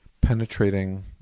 penetrating